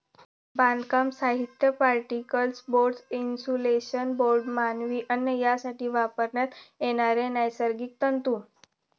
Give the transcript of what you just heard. बांधकाम साहित्य, particle board, insulation board, मानवी अन्न यासाठी वापरण्यात येणारे नैसर्गिक तंतू